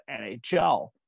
nhl